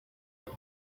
ati